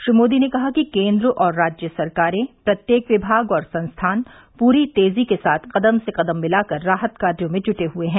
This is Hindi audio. श्री मोदी ने कहा कि केन्द्र और राज्य सरकारें प्रत्येक विभाग और संस्थान पूरी तेजी के साथ कदम से कदम मिलाकर राहत कार्यो में जुटे हुए हैं